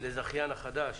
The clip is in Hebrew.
לזכיין החדש